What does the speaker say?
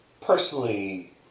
personally